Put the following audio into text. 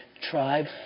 tribe